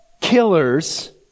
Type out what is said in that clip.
killers